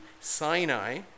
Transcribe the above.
Sinai